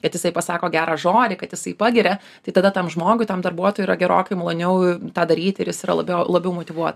kad jisai pasako gerą žodį kad jisai pagiria tai tada tam žmogui tam darbuotojui yra gerokai maloniau tą daryti ir jis yra labiau labiau motyvuotas